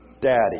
Daddy